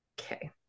Okay